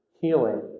healing